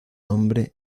nombre